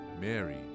Mary